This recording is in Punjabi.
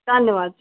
ਧੰਨਵਾਦ ਜੀ